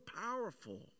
powerful